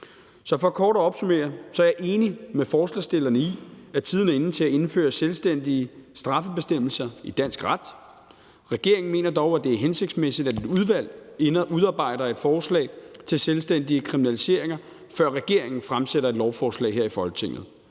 For kort at opsummere er jeg enig med forslagsstillerne i, at tiden er inde til at indføre selvstændige straffebestemmelser i dansk ret, men regeringen mener dog, det er hensigtsmæssigt, at et udvalg udarbejder et forslag til selvstændig kriminaliseringer, før regeringen fremsætter et lovforslag her i Folketinget.